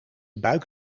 buik